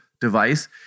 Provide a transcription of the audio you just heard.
device